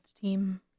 team